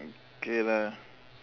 okay lah